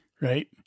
Right